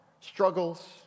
struggles